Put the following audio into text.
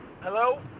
Hello